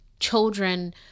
Children